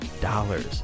dollars